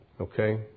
Okay